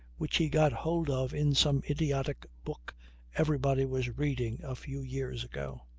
which he got hold of in some idiotic book everybody was reading a few years ago.